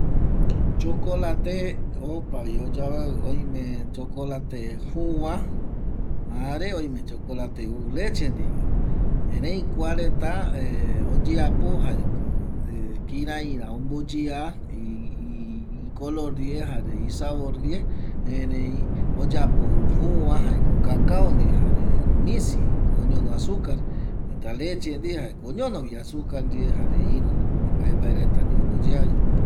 Chokolate opavim oyoavƚavi oimevi chokolate juuva jare oime chokolate ou leche ndieva erei kua reta oyeapo jaeko kiraira omboyea ikolor ndie jare isabor ndie erei oyapo juuva jaeko kakao ndie jare misi oñono azucar jare leche ndie oñonovi azucar ndie jare iru mbae mbae reta ndie omboyeavi